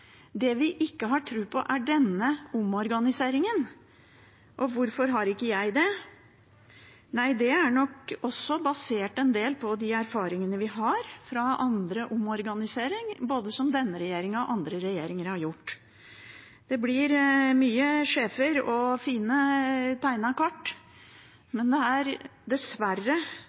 Det vi ikke har tro på, er denne omorganiseringen. Og hvorfor har ikke jeg det? Det er nok også basert en del på de erfaringene vi har fra andre omorganiseringer, som både denne regjeringen og andre regjeringer har gjort. Det blir mange sjefer og fine tegnede kart, men det er dessverre